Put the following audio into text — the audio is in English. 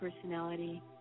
personality